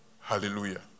Hallelujah